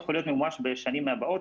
יכול להיות ממומש בשנים הבאות,